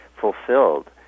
fulfilled